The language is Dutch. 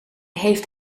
heeft